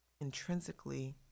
intrinsically